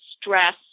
stress